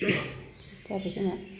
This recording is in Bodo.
जाबायखोमा